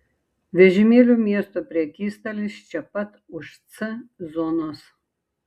vežimėlių miesto prekystalis čia pat už c zonos